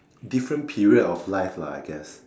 different period of life lah I guess